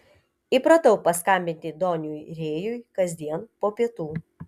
įpratau paskambinti doniui rėjui kasdien po pietų